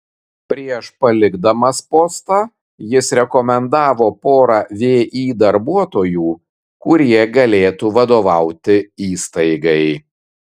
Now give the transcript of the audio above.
prieš palikdamas postą jis rekomendavo porą vį darbuotojų kurie galėtų vadovauti įstaigai